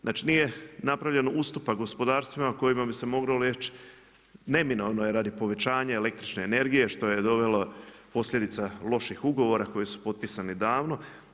Znači nije napravljen ustupak gospodarstvima kojima bi se moglo reći neminovno je radi povećanja električne energije, što je dovelo posljedica loših ugovora koji su potpisani davni.